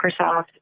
Microsoft